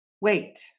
wait